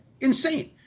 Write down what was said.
Insane